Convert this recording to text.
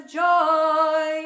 joy